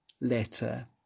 Letter